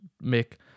Make